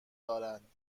دارند